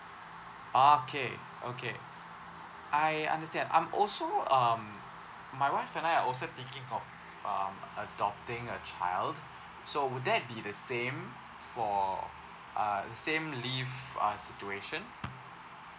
okay okay I understand um also um my wife and I are also thinking of um adopting a child so would that be the same for uh same leave uh situation